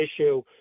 issue